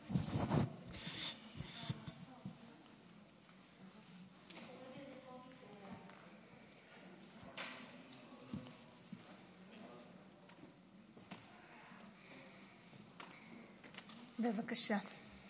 בבקשה.